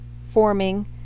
forming